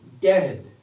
dead